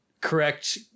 correct